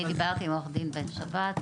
אני דיברתי עם עורכת דין בן שבת,